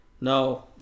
No